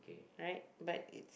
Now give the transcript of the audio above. right but it's